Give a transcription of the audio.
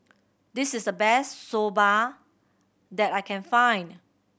this is the best Soba that I can find